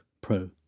Pro